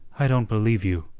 i don't believe you,